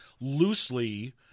loosely